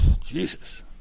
Jesus